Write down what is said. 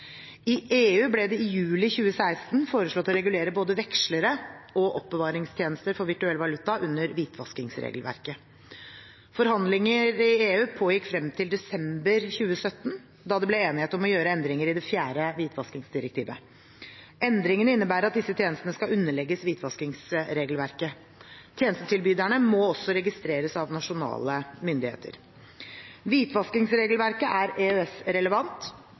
I EU ble det i juli 2016 foreslått å regulere både vekslere og oppbevaringstjenester for virtuell valuta under hvitvaskingsregelverket. Forhandlingene i EU pågikk frem til desember 2017, da det ble enighet om å gjøre endringer i det fjerde hvitvaskingsdirektivet. Endringene innebærer at disse tjenestene skal underlegges hvitvaskingsregelverket. Tjenestetilbyderne må også registreres av nasjonale myndigheter. Hvitvaskingsregelverket er